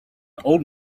old